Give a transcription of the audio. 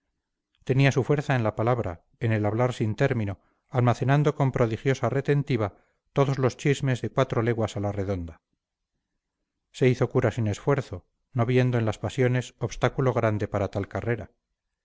tenía su fuerza en la palabra en el hablar sin término almacenando con prodigiosa retentiva todos los chismes de cuatro leguas a la redonda se hizo cura sin esfuerzo no viendo en las pasiones obstáculo grande para tal carrera